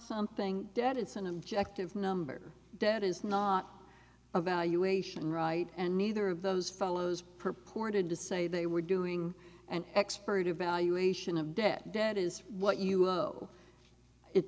something that it's an objective number debt is not a valuation right and neither of those fellows purported to say they were doing an expert evaluation of debt debt is what you know it's